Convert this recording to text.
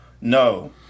No